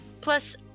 Plus